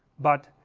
but,